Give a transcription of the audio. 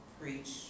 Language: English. preach